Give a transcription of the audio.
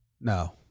No